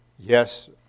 Yes